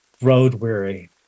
road-weary